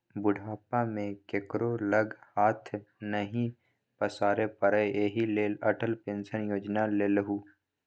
बुढ़ापा मे केकरो लग हाथ नहि पसारै पड़य एहि लेल अटल पेंशन योजना लेलहु